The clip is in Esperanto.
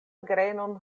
grenon